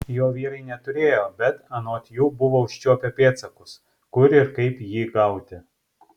jo vyrai neturėjo bet anot jų buvo užčiuopę pėdsakus kur ir kaip jį gauti